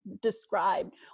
described